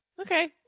Okay